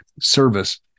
service